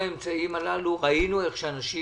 האמצעים הללו, ראינו איך שאנשים